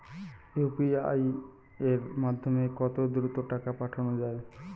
UPI এর মাধ্যমে কত দ্রুত টাকা পাঠানো যায়?